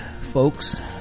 Folks